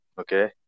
okay